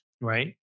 Right